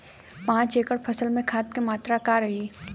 पाँच एकड़ फसल में खाद के मात्रा का रही?